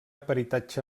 peritatge